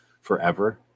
forever